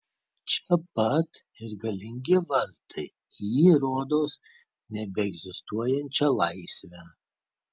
čia pat ir galingi vartai į rodos nebeegzistuojančią laisvę